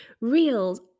reels